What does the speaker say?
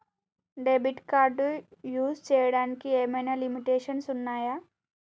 Debit card use చేయడానికి ఏమైనా limitations ఉన్నాయా?